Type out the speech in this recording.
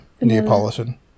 Neapolitan